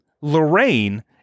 Lorraine